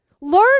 Learn